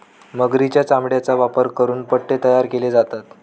मगरीच्या चामड्याचा वापर करून पट्टे तयार केले जातात